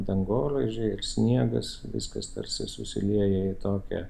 dangoraižiai ir sniegas viskas tarsi susilieja į tokią